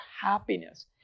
happiness